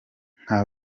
nka